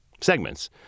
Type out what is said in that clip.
segments